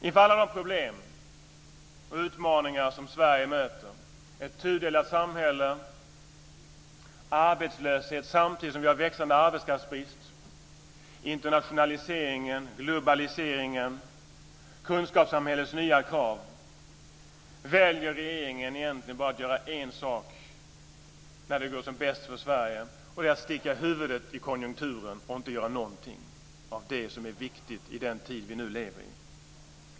Inför alla de problem och utmaningar som Sverige möter, ett tudelat samhälle, arbetslöshet samtidigt som vi har växande arbetskraftsbrist, internationaliseringen, globaliseringen, kunskapssamhällets nya krav, väljer regeringen att göra bara en sak när det går som bäst för Sverige, nämligen att "sticka huvudet i konjunkturen" och inte göra någonting av det som är viktigt i den tid vi nu lever i.